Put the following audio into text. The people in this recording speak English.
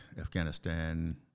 Afghanistan